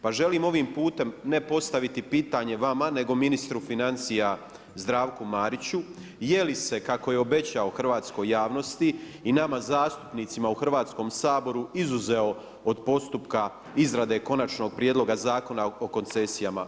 Pa želim ovim putem ne postaviti pitanje vama, nego ministru financija Zdravku Mariću je li se kako je obećao hrvatskoj javnosti i nama zastupnicima u Hrvatskom saboru izuzeo od postupka izrade Konačnog prijedloga Zakona o koncesijama.